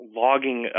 logging